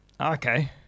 Okay